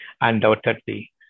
Undoubtedly